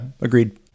agreed